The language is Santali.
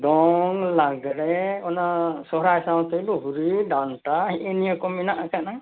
ᱫᱚᱝ ᱞᱟᱜᱽᱲᱮ ᱚᱱᱟ ᱥᱚᱦᱚᱨᱟᱭ ᱥᱟᱶᱛᱮ ᱞᱩᱦᱩᱨᱤ ᱰᱟᱱᱴᱟ ᱦᱮᱜᱼᱮ ᱱᱤᱭᱟᱹᱠᱚ ᱦᱮᱱᱟᱜ ᱟᱠᱟᱫᱼᱟ